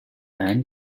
ein